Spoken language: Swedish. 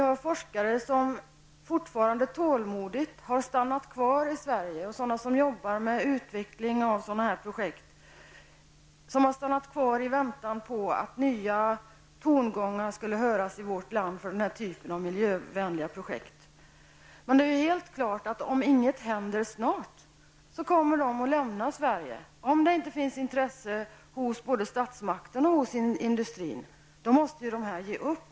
Det finns ju forskare som tålmodigt fortsätter att jobba här i Sverige med utvecklingen av sådana här projekt. De stannar kvar i väntan på nya tongångar i vårt land när det gäller denna typ av miljövänliga projekt. Men det är helt klart att dessa forskare lämnar Sverige om ingenting händer snart. Om det inte finns något intresse från statsmakternas eller industrins sida måste de göra det.